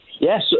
Yes